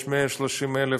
יש 130,000